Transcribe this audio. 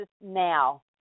now